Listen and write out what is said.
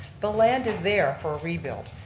the land is there for rebuild.